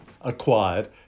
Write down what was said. acquired